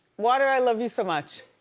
why do i love you so much?